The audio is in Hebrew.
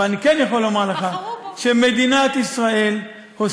אבל אני כן יכול לומר לך שמדינת ישראל עושה,